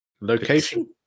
Location